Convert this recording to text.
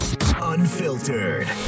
Unfiltered